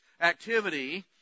activity